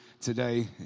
today